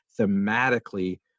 thematically